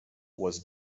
was